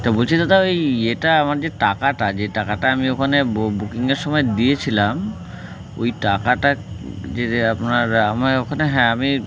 তো বলছি দাদা ওই ইয়েটা আমার যে টাকাটা যে টাকাটা আমি ওখানে বুকিংয়ের সময় দিয়েছিলাম ওই টাকাটা যে আপনার আমার ওখানে হ্যাঁ আমি